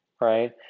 right